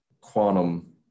quantum